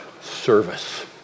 service